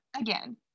Again